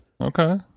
okay